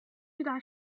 巨大